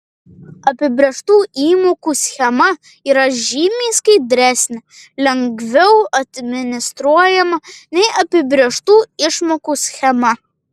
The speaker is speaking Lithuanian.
apibrėžtų įmokų schema yra žymiai skaidresnė lengviau administruojama nei apibrėžtų išmokų schema